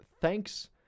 Thanks